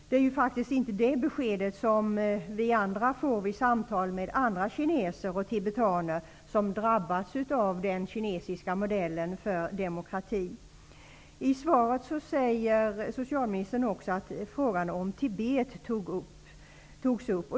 Det är faktiskt inte det beskedet som vi har fått vid våra samtal med andra kineser och tibetaner som drabbats av den kinesiska modellen för demokrati. I svaret säger socialministern att också frågan om Tibet togs upp.